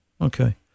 okay